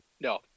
No